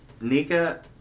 Nika